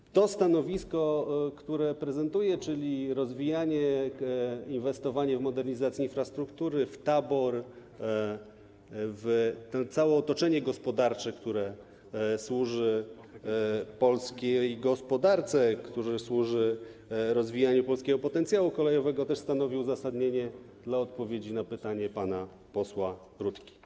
I to stanowisko, które prezentuję, czyli rozwijanie, inwestowanie w modernizację infrastruktury, w tabor, w to całe otoczenie gospodarcze, które służy polskiej gospodarce, które służy rozwijaniu polskiego potencjału kolejowego, stanowi też uzasadnienie odpowiedzi na pytanie pana posła Rutki.